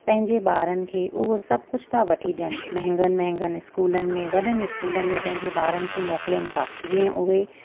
पंहिंजे ॿारनि खे उहा सभु कुझु था वठी ॾियनि महांगनि महांगनि स्कूलनि में वॾनि स्कूलनि में पंहिंजे ॿारनि खे मोकिलनि था जीअं उहे